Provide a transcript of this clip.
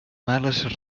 males